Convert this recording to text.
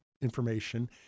information